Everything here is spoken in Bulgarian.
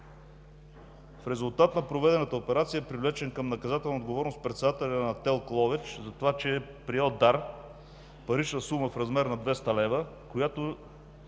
В резултат на проведената операция е привлечен към наказателна отговорност председателят на ТЕЛК – Ловеч, за това, че е приел дар – парична сума в размер на 200 лв., която